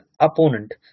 opponent